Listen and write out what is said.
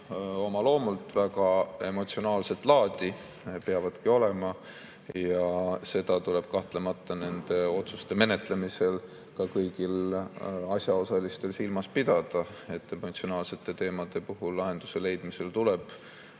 oma loomult väga emotsionaalset laadi, peavadki olema, ja seda tuleb nende otsuste menetlemisel ka kõigil asjaosalistel silmas pidada. Emotsionaalsete teemade puhul lahenduse leidmisel tuleb